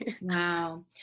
Wow